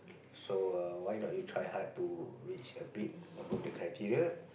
so err why not you try hard to reach a bit above the criteria